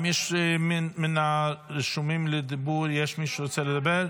האם מן הרשומים לדיבור יש מי שרוצה לדבר?